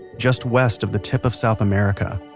just west of the tip of south america.